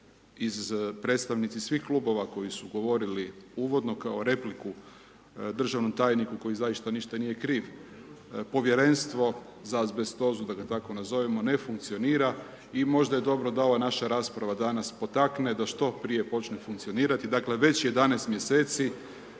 iz predstavnici svih klubova koji su govorili uvodno kao repliku državnom tajniku koji zaista ništa nije kriv. Povjerenstvo za azbestozu da ga tako nazovemo, ne funkcionira i možda je dobro da ova naša rasprava dana potakne da što prije počne funkcionirati, dakle već 11 mj. svi